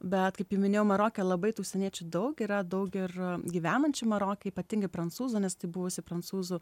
bet kaip jau minėjau maroke labai tų užsieniečių daug yra daug ir gyvenančių maroke ypatingai prancūzų nes tai buvusi prancūzų